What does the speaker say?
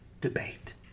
debate